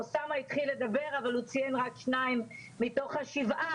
אוסאמה התחיל לדבר אבל הוא ציין רק שניים מתוך השבעה,